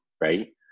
right